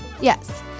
Yes